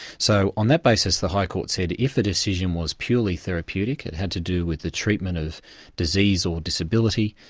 so on that basis, the high court said if the decision was purely therapeutic, and had to do with the treatment of disease or disability,